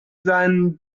seinen